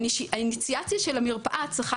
אני חושבת שהאיניציאציה של המרפאה צריכה